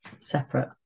separate